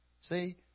See